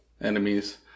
enemies